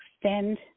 extend